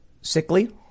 sickly